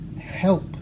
help